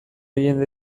jende